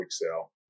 excel